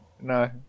no